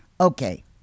Okay